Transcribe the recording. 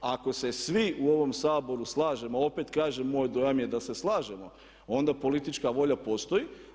Ako se svi u ovom Saboru slažemo, opet kažem, moj dojam je da se slažemo onda politička volja postoji.